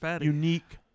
unique